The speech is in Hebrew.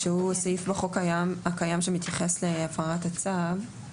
שהוא סעיף בחוק הקיים שמתייחס להפרת הצו.